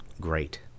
great